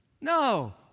No